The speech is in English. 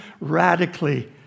radically